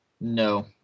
no